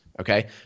okay